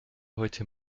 heute